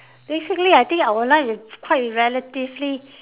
basically I think our life quite relatively